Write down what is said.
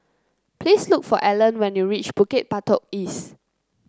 please look for Allan when you reach Bukit Batok East